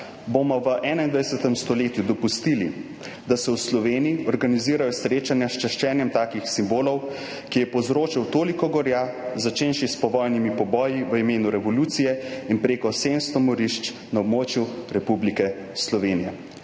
Bomo v 21. stoletju dopustili, da se v Sloveniji organizirajo srečanja s čaščenjem takšnega simbola, ki je povzročal toliko gorja, začenši s povojnimi poboji v imenu revolucije in prek 700 morišči na območju Republike Slovenije?